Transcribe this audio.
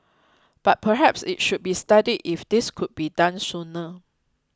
but perhaps it should be studied if this could be done sooner